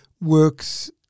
works